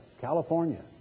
California